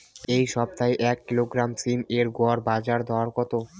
এই সপ্তাহে এক কিলোগ্রাম সীম এর গড় বাজার দর কত?